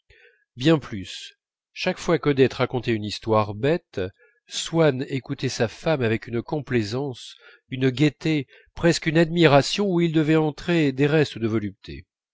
bien plus chaque fois qu'odette racontait une histoire bête swann écoutait sa femme avec une complaisance une gaieté presque une admiration où il devait entrer des restes de volupté